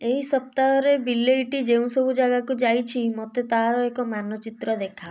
ଏହି ସପ୍ତାହରେ ବିଲେଇଟି ଯେଉଁସବୁ ଜାଗାକୁ ଯାଇଛି ମୋତେ ତା'ର ଏକ ମାନଚିତ୍ର ଦେଖାଅ